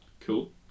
cool